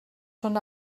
són